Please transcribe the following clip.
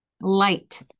light